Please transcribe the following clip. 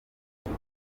ibyo